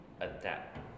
adapt